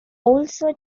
also